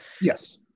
Yes